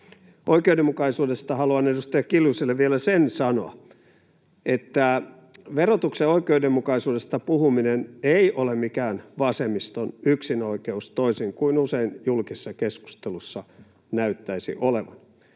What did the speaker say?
Oikeudenmukaisuudesta haluan edustaja Kiljuselle vielä sen sanoa, että verotuksen oikeudenmukaisuudesta puhuminen ei ole mikään vasemmiston yksinoikeus, toisin kuin usein julkisessa keskustelussa näyttäisi olevan.